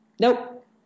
nope